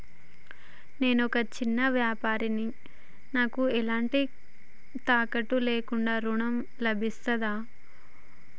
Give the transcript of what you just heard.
నేను ఒక చిన్న వ్యాపారిని నాకు ఎలాంటి తాకట్టు లేకుండా ఋణం లభిస్తదా?